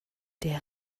der